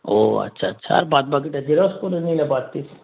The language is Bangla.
ও আচ্ছা আচ্ছা আর বাদ বাকিটা জেরক্স করে নিলে পারতিস